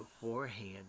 Beforehand